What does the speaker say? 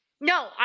No